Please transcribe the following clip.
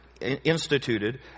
instituted